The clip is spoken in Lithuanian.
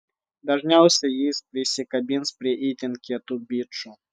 dažniausiai jis prisikabins prie itin kietų bičų